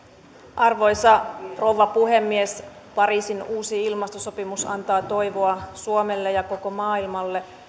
arvoisa rouva puhemies pariisin uusi ilmastosopimus antaa toivoa suomelle ja koko maailmalle